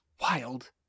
wild